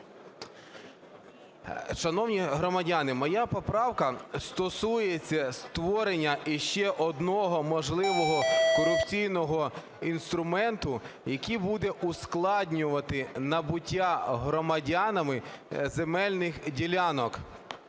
Шановні громадяни, моя поправка стосується створення ще одного можливого корупційного інструменту, який буде ускладнювати набуття громадянами земельних ділянок.